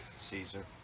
caesar